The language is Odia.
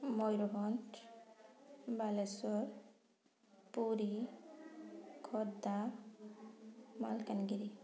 ମୟୂରଭଞ୍ଜ ବାଲେଶ୍ୱର ପୁରୀ ଖୋର୍ଦ୍ଧା ମାଲକାନଗିରି